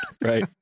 Right